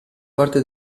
parte